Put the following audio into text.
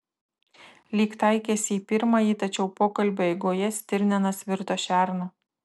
lyg taikėsi į pirmąjį tačiau pokalbio eigoje stirninas virto šernu